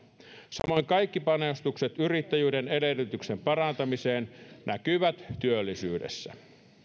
samoin kaikki panostukset yrittäjyyden edellytysten parantamiseen näkyvät työllisyydessä